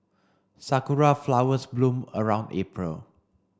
sakura flowers bloom around April